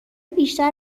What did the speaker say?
بیشتر